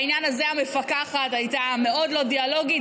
בעניין הזה, המפקחת הייתה מאוד לא דיאלוגית.